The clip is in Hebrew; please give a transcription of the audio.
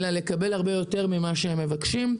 אלא לקבל הרבה יותר ממה שהם מבקשים.